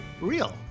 real